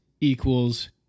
equals